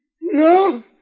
no